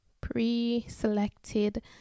pre-selected